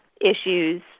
issues